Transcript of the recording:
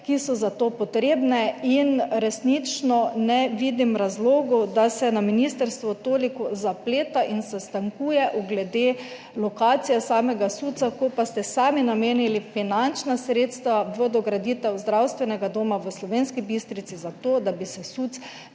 ki so za to potrebne in resnično ne vidim razlogov, da se na ministrstvu toliko zapleta in sestankuje glede lokacije samega SUC, ko pa ste sami namenili finančna sredstva v dograditev zdravstvenega doma v Slovenski Bistrici za to, da bi se SUC